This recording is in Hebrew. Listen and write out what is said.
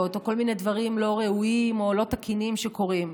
או כל מיני דברים לא ראויים או לא תקינים שקורים,